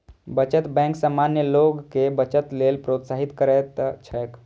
बचत बैंक सामान्य लोग कें बचत लेल प्रोत्साहित करैत छैक